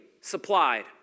supplied